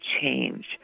change